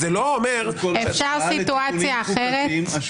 אפשר סיטואציה אחרת?